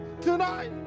tonight